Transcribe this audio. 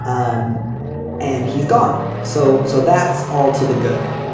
um and he's gone. so. so that's all to the good.